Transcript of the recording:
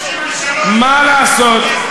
מה לעשות,